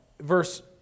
verse